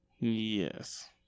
Yes